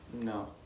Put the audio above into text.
No